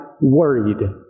worried